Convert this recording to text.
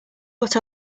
what